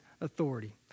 authority